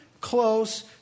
close